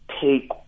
take